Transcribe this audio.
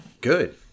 good